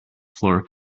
floor